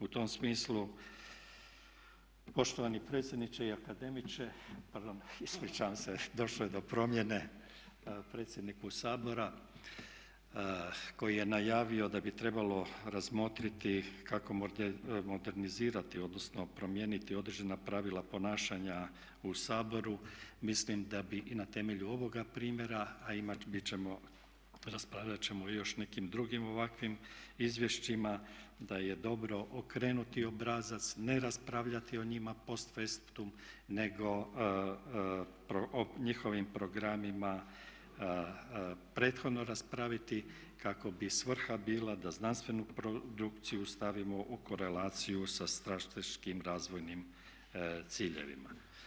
U tom smislu poštovani predsjedniče i akademiče, pardon ispričavam se došlo je do promjene predsjedniku Sabora koji je najavio da bi trebalo razmotriti kako modernizirati odnosno promijeniti određene pravila ponašanja u Saboru, mislim da bi i na temelju ovoga primjera, a bit ćemo, raspravljat ćemo i o još nekim drugim ovakvim izvješćima, da je dobro okrenuti obrazac, ne raspravljati o njima … nego o njihovim programima prethodno raspraviti kako bi svrha bila da znanstvenu produkciju stavimo u korelaciju sa strateškim razvojnim ciljevima.